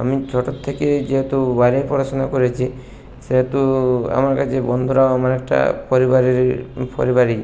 আমি ছোটোর থেকে যেহেতু বাইরে পড়াশুনা করেছি সেহেতু আমার কাছে বন্ধুরা আমার একটা পরিবারেরই পরিবারই